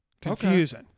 Confusing